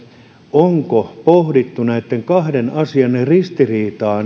onko pohdittu niin sanotusti näitten kahden asian ristiriitaa